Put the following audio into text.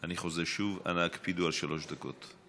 אני חוזר שוב, אנא הקפידו על שלוש דקות.